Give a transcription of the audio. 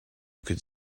could